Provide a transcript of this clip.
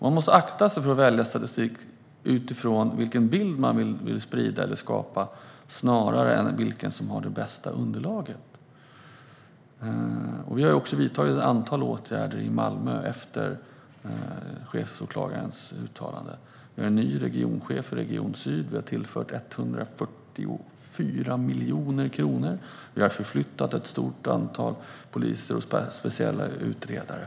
Man måste akta sig för att välja statistik utifrån vilken bild man vill sprida eller skapa snarare än den som har det bästa underlaget. Vi har vidtagit ett antal åtgärder i Malmö efter chefsåklagarens uttalande. Nu finns en ny regionchef för Region Syd. Vi har tillfört 144 miljoner kronor. Vi har förflyttat ett stort antal poliser och speciella utredare.